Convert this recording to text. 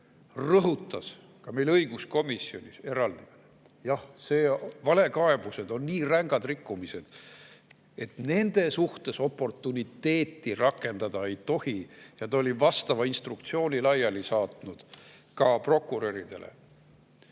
rõhutas ka meil õiguskomisjonis: jah, valekaebused on nii rängad rikkumised, et nende suhtes oportuniteeti rakendada ei tohi. Ta oli ka vastava instruktsiooni laiali saatnud prokuröridele.